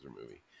movie